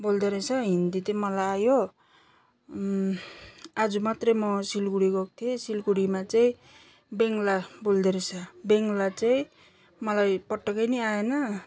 बोल्दोरहेछ हिन्दी चाहिँ मलाई आयो आज मात्रै म सिलगढी गएको थिएँ सिलगढीमा चाहिँ बङ्गला बोल्दोरहेछ बङ्गला चाहिँ मलाई पटक्कै नि आएन